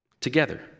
Together